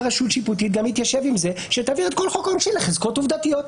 רשות שיפוטית שתעביר את כל חוק העונשין לחזקות עובדתיות.